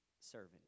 servant